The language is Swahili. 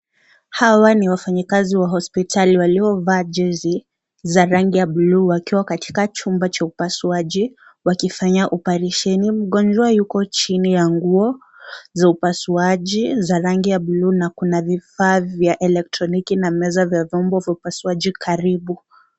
Hawa ni wafanyikazi wa hospitali waliovaa jezi za rangi ya bluu wakiwa katika chumba cha upasuaji wakifanya oparesheni, mgonjwa yuko chini ya nguo za upasuaji za rangi ya bluu na kuna vifaa vya elektroniki na meza ya vyombo vya upasuaji karibu.